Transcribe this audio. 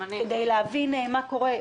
כדי להבין מה קורה.